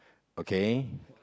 okay